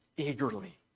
Eagerly